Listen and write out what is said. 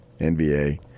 NBA